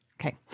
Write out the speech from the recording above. Okay